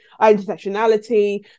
Intersectionality